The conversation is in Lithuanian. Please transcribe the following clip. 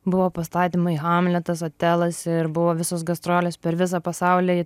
buvo pastatymai hamletas otelas ir buvo visos gastrolės per visą pasaulį